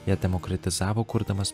ją demokratizavo kurdamas